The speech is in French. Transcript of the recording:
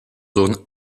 zone